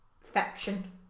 fiction